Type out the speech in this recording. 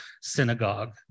synagogue